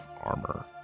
armor